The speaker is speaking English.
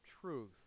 truth